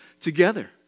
together